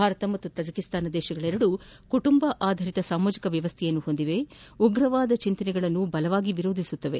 ಭಾರತ ಮತ್ತು ತಜಿಕಿಸ್ತಾನ ದೇಶಗಳೆರಡೂ ಕುಟುಂಬ ಆಧಾರಿತ ಸಾಮಾಜಿಕ ವ್ಯವಸ್ಥೆಯನ್ನು ಹೊಂದಿದ್ದು ಉಗ್ರವಾದ ಚಿಂತನೆಗಳನ್ನು ವಿರೋಧಿಸುತ್ತವೆ